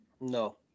No